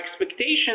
expectations